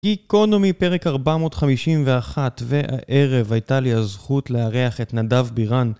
איקונומי, פרק 451, והערב הייתה לי הזכות לארח את נדב בירן